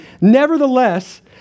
Nevertheless